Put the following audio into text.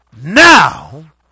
now